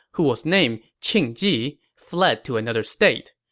who was named qing ji, fled to another state.